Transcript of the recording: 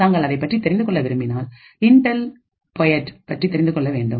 தாங்கள் அதைப்பற்றி தெரிந்துகொள்ள விரும்பினால் இன்டெல் போயட் பற்றி தெரிந்து கொள்ள வேண்டும்